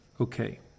okay